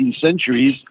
centuries